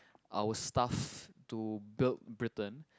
our stuff to build Britain